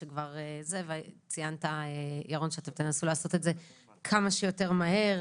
ירון, ציינת שאתם תנסו לעשות את זה כמה שיותר מהר.